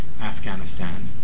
Afghanistan